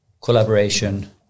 collaboration